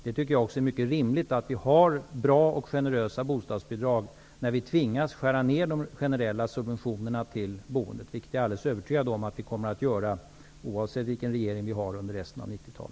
Jag tycker att det är rimligt att vi har bra och generösa bostadsbidrag när vi tvingas skära ner på de generella subventionerna till boendet. Jag är alldeles övertygad om att så kommer att ske, oavsett vilken regering landet har under resten av